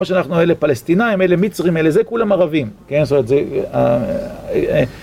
כמו שאנחנו האלה פלסטינאים, אלה מצרים, אלה זה כולם ערבים, כן, זאת אומרת, זה...